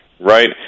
right